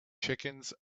chickens